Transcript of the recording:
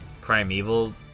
Primeval